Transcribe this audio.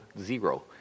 zero